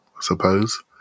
suppose